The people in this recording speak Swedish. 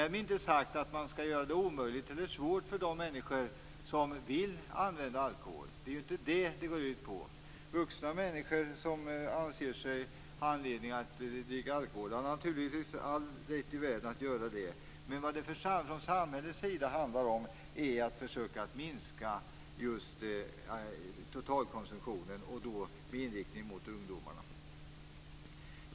Därmed inte sagt att man skall göra det svårt eller omöjligt för de människor som vill använda alkohol. Det är ju inte det som det går ut på. Vuxna människor som anser sig ha anledning att dricka alkohol har naturligtvis all rätt i världen att göra det. Men från samhällets sida handlar det om att försöka att minska totalkonsumtionen, och då med inriktning på ungdomar.